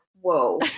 Whoa